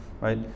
right